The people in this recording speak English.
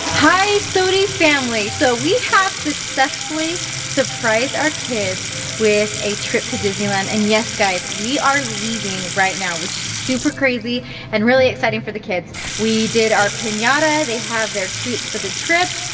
hi, soty family! so we have successfully surprised our kids with a trip to disneyland. and yes, guys, we are leaving right now which is super crazy and really exciting for the kids. we did our pinata, they have their treats for the trip.